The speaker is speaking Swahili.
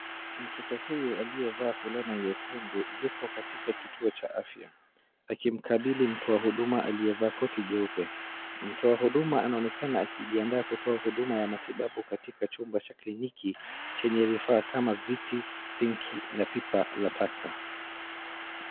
Mtoto huyu aliyevaa fulana nyekundu yuko katika kituo cha afya, akimkabili mtoa huduma aliyevaa koti jeupe. Mtoa huduma anaonekena akijiandaa kutoa huduma ya matibabu katika chumba cha kliniki chenye vifaa kama viti, sinki na pipa la taka.